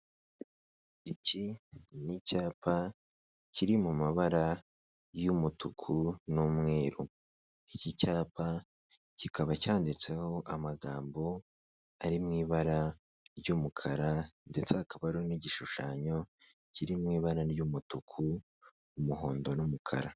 Iki ni icyapa kiri mu mabara y'umutuku n'umweru, iki cyapa kikaba cyanditseho amagambo ari mu ibara ry'umukara ndetse hakaba ari n'igishushanyo kiri mu ibara ry'umutuku n'umuhondo n'umukara.